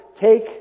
take